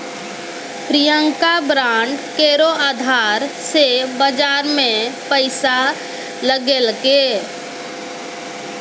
Priyanka bond केरो अधार से बाजार मे पैसा लगैलकै